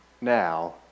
Now